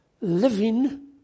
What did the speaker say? Living